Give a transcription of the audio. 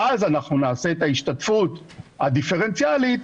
ואז נעשה את ההשתתפות הדיפרנציאלית